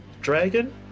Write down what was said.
dragon